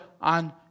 on